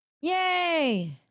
Yay